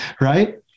right